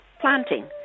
planting